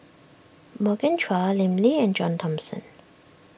Morgan Chua Lim Lee and John Thomson